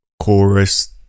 chorus